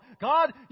God